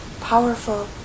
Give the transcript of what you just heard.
powerful